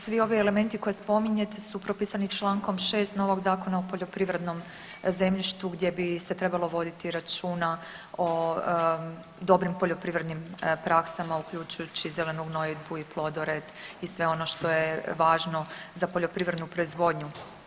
Pa svi ovi elementi koji spominjete su propisani čl. 6. novog Zakona o poljoprivrednom zemljištu gdje bi se trebalo voditi računa o dobrim poljoprivrednim praksama uključujući zelenu gnojidbu i plodored i sve ono što je važno za poljoprivrednu proizvodnju.